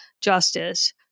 justice